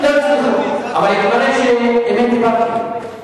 ניסו, אבל התברר שאמת דיברתי.